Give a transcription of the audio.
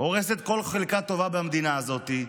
שהורסת כל חלקה טובה במדינה הזאת.